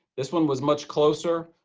this one was much closer.